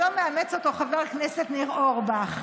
והיום מאמץ אותו חבר כנסת ניר אורבך.